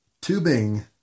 Tubing